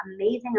amazing